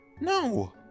No